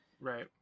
Right